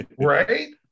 right